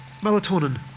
Melatonin